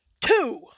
two